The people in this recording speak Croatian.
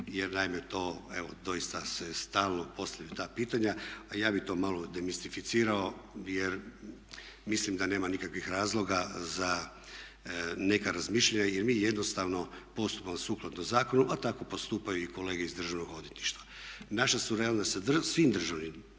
jer naime to evo doista se stalno postavljaju ta pitanja, a ja bih to malo demistificirao jer mislim da nema nikakvih razloga za neka razmišljanja jer mi jednostavno postupamo sukladno zakonu, a tako postupaju i kolege iz Državnog odvjetništva. Naša suradnja sa svim državnim tijelima